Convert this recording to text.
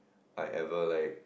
I ever like